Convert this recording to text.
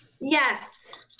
Yes